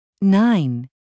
Nine